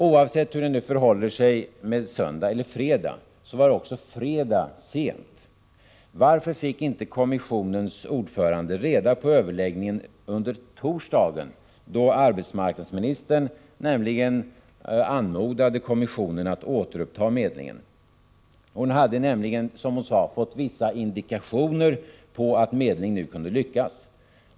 Oavsett hur det förhåller sig, om informationen lämnades söndag eller fredag, var det sent också på fredagen. Varför fick inte kommissionens ordförande reda på överläggningen under torsdagen, då arbetsmarknadsministern anmodade kommissionen att återuppta medlingen? Hon hade nämligen, som hon sade, fått vissa indikationer på att medling nu kunde lyckas.